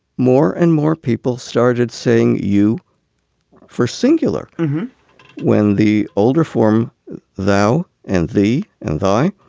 more and more people started saying you for singular when the older form thou and the and thy.